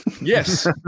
Yes